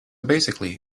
basically